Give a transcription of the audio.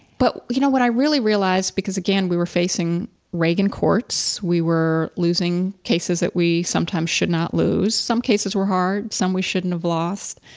but you know, what i really realized because, again, we were facing reagan courts, we were losing cases that we sometimes should not lose. some cases were hard, some we shouldn't have lost.